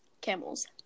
camels